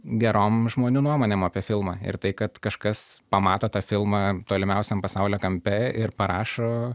gerom žmonių nuomonėm apie filmą ir tai kad kažkas pamato tą filmą tolimiausiam pasaulio kampe ir parašo